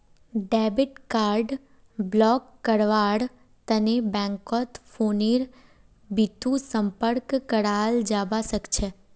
debit card block करव्वार तने बैंकत फोनेर बितु संपर्क कराल जाबा सखछे